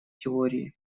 теории